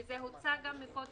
וזה הוצע גם מקודם